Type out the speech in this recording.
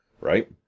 right